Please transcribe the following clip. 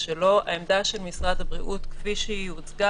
ומשרד הבריאות התנגדו.